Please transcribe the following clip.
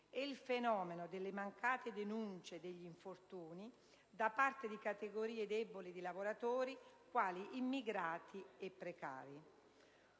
e il fenomeno delle mancate denunce degli infortuni da parte di categorie deboli di lavoratori quali immigrati e precari.